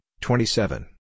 twenty-seven